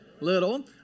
little